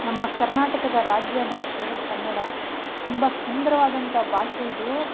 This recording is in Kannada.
ನಮ್ಮ ಕರ್ನಾಟಕದ ರಾಜ್ಯ ಭಾಷೆ ಕನ್ನಡ ತುಂಬ ಸುಂದರವಾದಂಥ ಭಾಷೆ ಇದು